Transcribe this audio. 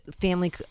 family